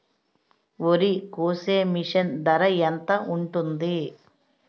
వరి కోసే మిషన్ ధర ఎంత ఉంటుంది?